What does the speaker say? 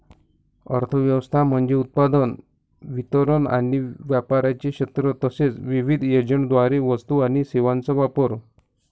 अर्थ व्यवस्था म्हणजे उत्पादन, वितरण आणि व्यापाराचे क्षेत्र तसेच विविध एजंट्सद्वारे वस्तू आणि सेवांचा वापर